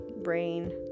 brain